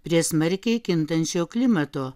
prie smarkiai kintančio klimato